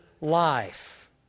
life